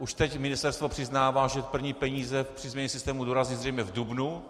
Už teď ministerstvo přiznává, že první peníze při změně systému dorazí zřejmě v dubnu.